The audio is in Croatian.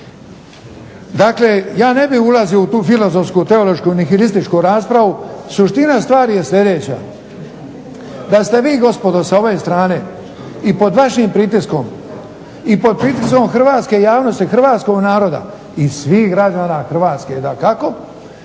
Dakle, ja ne bih ulazio u tu filozofsku, teološku, nihilističku raspravu. Suština stvari je sljedeća, da ste vi gospodo sa ove strane i pod vašim pritiskom i pod pritiskom hrvatske javnosti, hrvatskog naroda i svih građana Hrvatske dakako